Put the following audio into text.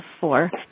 four